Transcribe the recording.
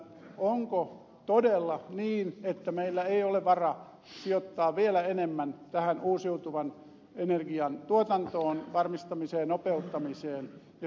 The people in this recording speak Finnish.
onko todella niin että meillä ei ole varaa sijoittaa vielä enemmän tähän uusiutuvan energian tuotantoon varmistamiseen ja nopeuttamiseen